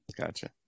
Gotcha